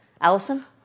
Allison